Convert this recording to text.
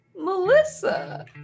Melissa